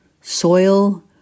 soil